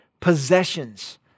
possessions